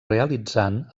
realitzant